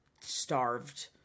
starved